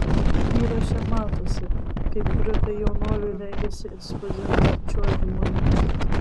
įraše matosi kaip grupė jaunuolių rengiasi įspūdingam čiuožimui